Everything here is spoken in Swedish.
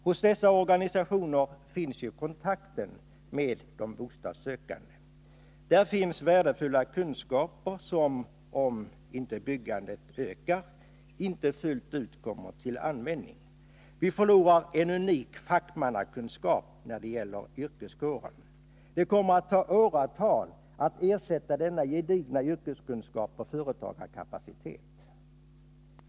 Hos dessa organisationer finns ju kontakten med de bostadssökande. Där finns värdefulla kunskaper som — om inte byggandet ökar — inte fullt ut kommer till användning. Vi förlorar en unik fackmannakunskap när det gäller yrkeskåren. Det kommer att ta åratal att ersätta denna gedigna yrkeskunskap och företagarkapacitet.